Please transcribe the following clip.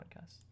podcast